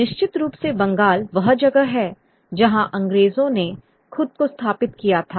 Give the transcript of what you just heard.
निश्चित रूप से बंगाल वह जगह है जहां अंग्रेजों ने खुद को स्थापित किया था